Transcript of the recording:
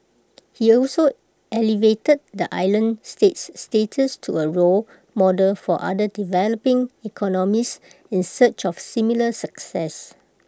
he also elevated the island state's status to A role model for other developing economies in search of similar success